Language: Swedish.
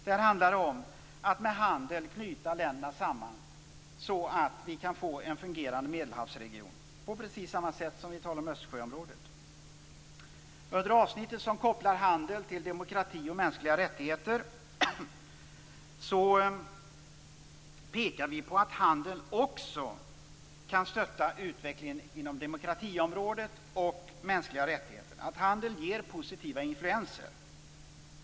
Det handlar om att med hjälp av handel knyta länder samman så att det kan bli en fungerande Medelhavsregion. På precis samma sätt talar vi om Östersjöområdet. Under avsnittet som kopplar handel till demokrati och mänskliga rättigheter pekar vi på att handeln också kan stötta utvecklingen inom området demokrati och mänskliga rättigheter. Handeln ger positiva influenser.